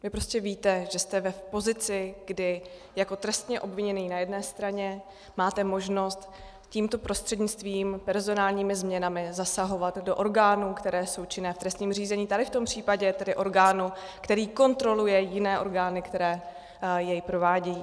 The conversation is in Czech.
Vy prostě víte, že jste v pozici, kdy jako trestně obviněný na jedné straně máte možnost tímto prostřednictvím, personálními změnami, zasahovat do orgánů, které jsou činné v trestním řízení, tady v tom případě tedy orgánu, který kontroluje jiné orgány, které je provádějí.